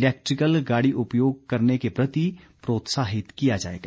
electrical गाड़ी उपयोग करने के प्रति प्रोत्साहित किया जाएगा